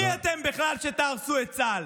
מי אתם בכלל שתהרסו את צה"ל?